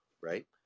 right